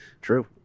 True